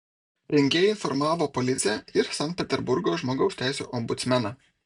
rengėjai informavo policiją ir sankt peterburgo žmogaus teisių ombudsmeną